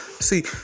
see